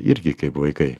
irgi kaip vaikai